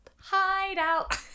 hideout